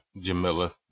Jamila